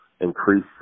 increase